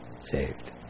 saved